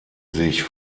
sich